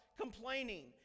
complaining